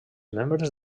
membres